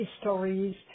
stories